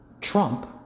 Trump